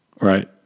Right